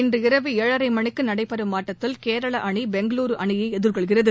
இன்றிரவு ஏழரை மணிக்கு நடைபெறும் ஆட்டத்தில் கேரளா அணி பெங்களூரு அணியை எதிர்கொள்கிறது